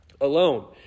alone